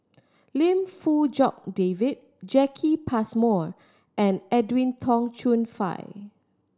Lim Fong Jock David Jacki Passmore and Edwin Tong Chun Fai